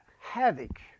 havoc